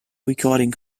recording